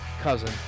cousin